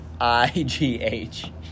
I-G-H